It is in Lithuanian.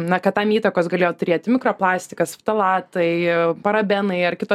na kad tam įtakos galėjo turėti mikro plastikas ftalatai parabenai ar kitos